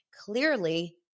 clearly